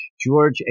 George